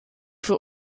für